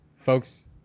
Folks